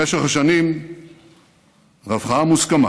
במשך השנים רווחה המוסכמה